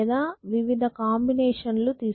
లేదా వివిధ కాంబినేషన్ లు తీసుకోవచ్చు